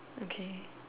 okay